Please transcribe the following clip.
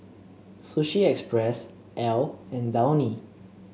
Sushi Express Elle and Downy